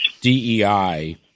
DEI